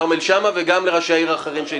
דבריו ואחרי זה תגידי,